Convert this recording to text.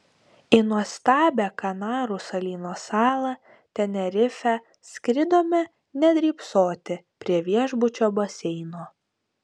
į nuostabią kanarų salyno salą tenerifę skridome ne drybsoti prie viešbučio baseino